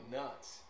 nuts